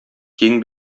киң